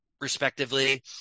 respectively